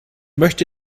möchte